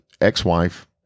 ex-wife